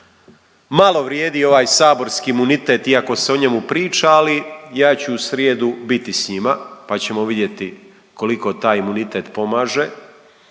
Malo vrijedi ovaj saborski imunitet iako se o njemu priča, ja ću u srijedu biti sa njima pa ćemo vidjeti koliko taj imunitet pomaže,